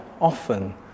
often